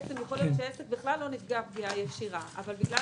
בעצם יכול להיות שעסק בכלל לא נפגע בפגיעה ישירה אבל בגלל